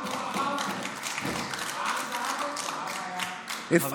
העם לא בחר בך.